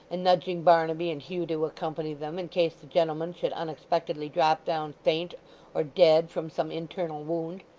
and nudging barnaby and hugh to accompany them, in case the gentleman should unexpectedly drop down faint or dead from some internal wound,